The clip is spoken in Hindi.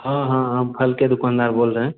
हाँ हाँ हम फल के दुकानदार बोल रहे हैं